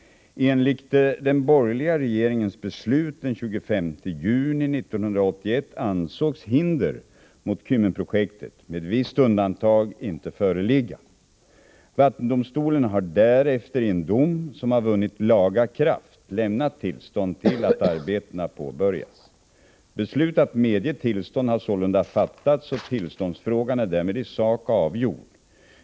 Enligt den borgerliga regeringens beslut den 25 juni 1981 ansågs hinder mot Kymmenprojektet — med visst undantag —-inte föreligga. Vattendomstolen har därefter i en dom, som har vunnit laga kraft, lämnat tillstånd till att arbetena påbörjas. Beslut att medge tillstånd har således fattats och tillståndsfrågan är därmed i sak avgjord.